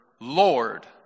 Lord